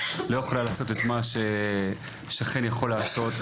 לא יכולה לעשות את מה שיכול לעשות שכן,